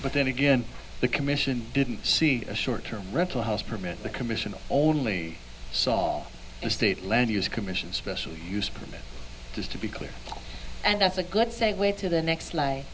but then again the commission didn't see a short term rental house permanent the commission only saw the state land use commission special use permit just to be clear and that's a good segue to the next